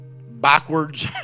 backwards